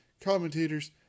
commentators